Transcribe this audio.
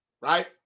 right